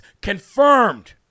confirmed